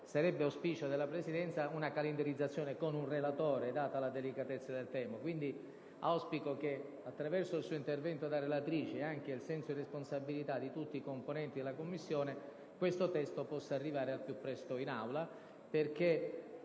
sarebbe auspicio della Presidenza una calendarizzazione in Aula con un relatore, data la delicatezza del tema. Auspico quindi che attraverso il suo intervento da relatrice, e anche attraverso il senso di responsabilità di tutti i componenti della Commissione, questo testo possa arrivare al più presto in Aula.